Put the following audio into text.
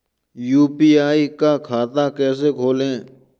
UPI का खाता कैसे खोलें?